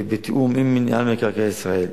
ובתיאום עם מינהל מקרקעי ישראל,